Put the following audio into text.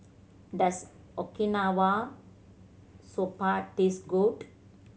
does Okinawa Soba taste good